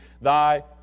Thy